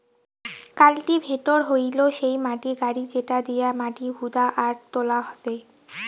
cultivator হইলো সেই motor গাড়ি যেটা দিয়া মাটি হুদা আর তোলা হসে